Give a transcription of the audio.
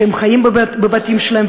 שחיות בבתים שלהן,